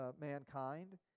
mankind